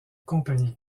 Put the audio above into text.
compagnie